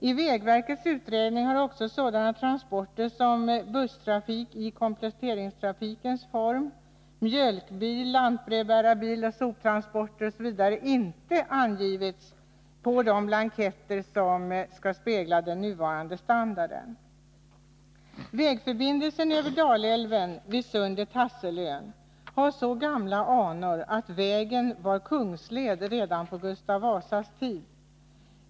I vägverkets utredning har också sådana transporter som gäller busstrafik i kompletteringstrafikens form, mjölkbil, lantbrevbärarbil, soptransporter osv. inte angivits på de blanketter som skall spegla den nuvarande standarden. Vägförbindelsen över Dalälven vid Sundet-Hasselön har så gamla anor att vägen var kungsled redan på Gustav Vasas tid.